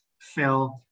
Phil